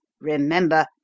Remember